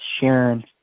Sharon